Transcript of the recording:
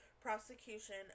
prosecution